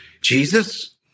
Jesus